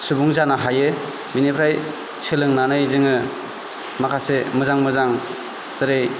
सुबुं जानो हायो बिनिफ्राय सोलोंनानै जोङो माखासे मोजां मोजां जेरै